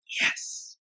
Yes